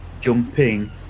jumping